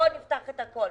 בואו נפתח את הכול.